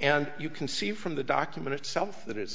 and you can see from the document itself that it's